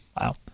Wow